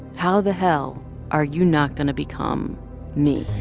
how the hell are you not going to become me?